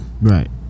Right